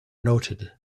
noted